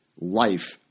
life